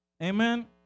Amen